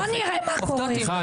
סליחה,